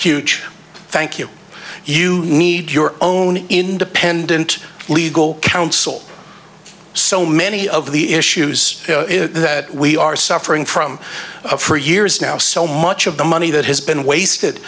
huge thank you you need your own independent legal counsel so many of the issues that we are suffering from for years now so much of the money that has been wasted